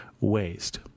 waste